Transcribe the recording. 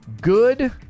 good